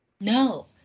No